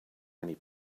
many